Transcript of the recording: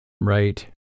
Right